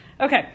okay